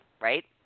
right